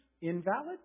invalid